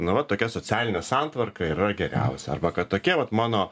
na va tokia socialinė santvarka yra geriausia arba kad tokia vat mano